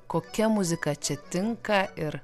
kokia muzika čia tinka ir